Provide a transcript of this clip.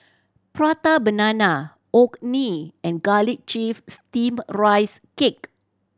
Prata Banana Orh Nee and garlic chive steamed a rice cake